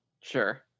Sure